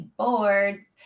boards